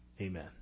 Amen